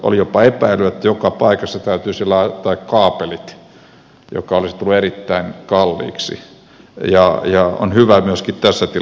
oli jopa epäily että joka paikassa täytyisi laittaa kaapelit mikä olisi tullut erittäin kalliiksi ja on hyvä myöskin tässä tilanteessa selvittää se